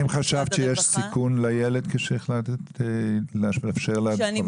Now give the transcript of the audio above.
האם חשבת שיש סיכון לילד כשהחלטת לאפשר לעובדת?